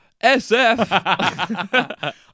SF